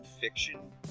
fiction